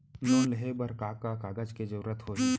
Loan लेहे बर का का कागज के जरूरत होही?